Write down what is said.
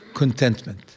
Contentment